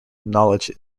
knowledge